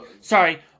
Sorry